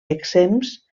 exempts